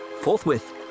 forthwith